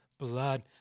Blood